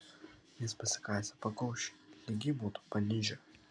jis pasikasė pakaušį lyg jį būtų panižę